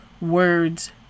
words